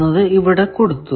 എന്നത് ഇവിടെ കൊടുത്തു